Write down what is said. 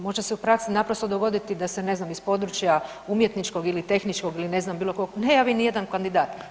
Može se u praksi naprosto dogoditi da se ne znam iz područja umjetničkog ili tehničkog ili ne znam bilo kog ne javi niti jedan kandidat.